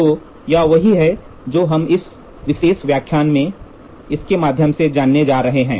तो यह वही है जो हम इस विशेष व्याख्यान में इसके माध्यम से जानने जा रहे हैं